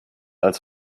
als